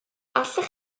allech